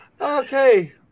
Okay